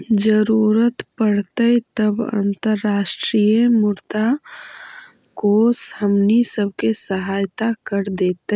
जरूरत पड़तई तब अंतर्राष्ट्रीय मुद्रा कोश हमनी सब के सहायता कर देतई